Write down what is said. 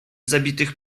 zabitych